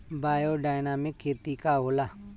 Biodynamic खेती का होला?